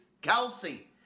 Kelsey